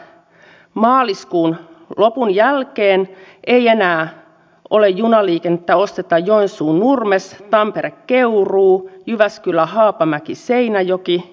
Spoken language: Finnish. hallintarekisteri on kuopattu kuten perussuomalaiset jo marraskuussa ilmoittivat aktiivisen katumisen kaadon yhteydessä